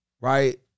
Right